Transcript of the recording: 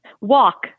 Walk